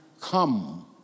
come